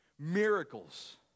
Miracles